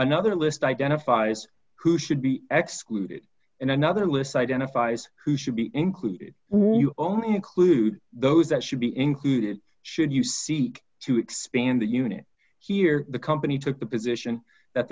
another list identifies who should be excluded and another list identifies who should be included who you only include those that should be included should you seek to expand the unit here the company took the position that